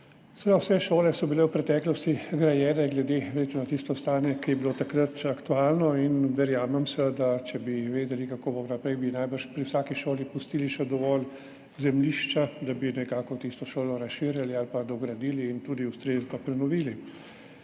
Vse šole so bile v preteklosti grajene verjetno glede na tisto stanje, ki je bilo takrat še aktualno in verjamem, da če bi seveda vedeli, kako bo naprej, bi najbrž pri vsaki šoli pustili še dovolj zemljišča, da bi nekako tisto šolo razširjali ali pa dogradili in tudi ustrezno prenovili.